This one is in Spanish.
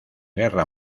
guerra